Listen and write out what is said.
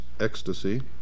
ecstasy